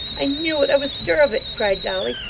i knew it, i was sure of it cried dolly.